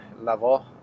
level